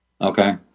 Okay